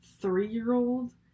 three-year-old